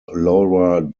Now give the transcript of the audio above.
laura